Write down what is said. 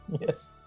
Yes